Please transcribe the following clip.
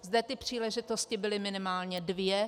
Zde ty příležitosti byly minimálně dvě.